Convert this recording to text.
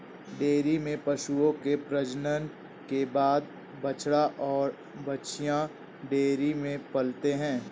dairy में पशुओं के प्रजनन के बाद बछड़ा और बाछियाँ डेयरी में पलते हैं